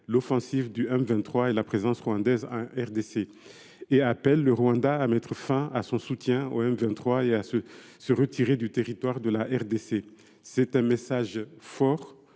l’offensive du M23 et la présence rwandaise en RDC. Elle appelle le Rwanda à mettre fin à son soutien au M23 et à se retirer du territoire de la RDC. Le Conseil